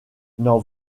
n’en